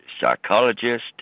psychologist